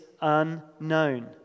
unknown